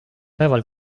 päeval